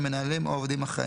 הם בעלי עניין בו,